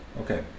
Okay